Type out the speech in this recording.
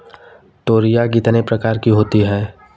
तोरियां कितने प्रकार की होती हैं?